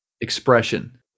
expression